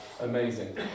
amazing